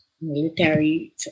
military